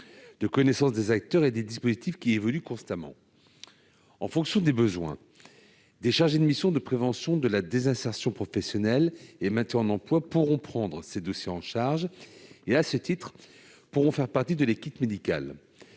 de connaissance des acteurs et des dispositifs qui évoluent constamment. En fonction des besoins, les chargés de mission de la prévention de la désinsertion professionnelle et du maintien en emploi pourront prendre ces dossiers en charge et, à ce titre, faire partie de l'équipe médicale.